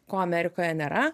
ko amerikoje nėra